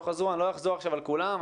לא אחזור עכשיו על כולם.